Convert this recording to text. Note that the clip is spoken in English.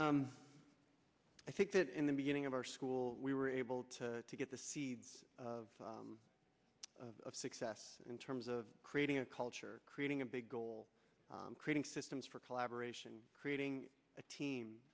sober i think that in the beginning of our school we were able to to get the seeds of of success in terms of creating a culture creating a big goal creating systems for collaboration creating a team